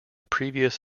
previous